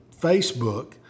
Facebook